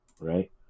Right